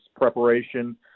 preparation